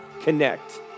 Connect